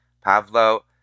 Pavlo